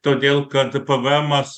todėl kad pėvėemas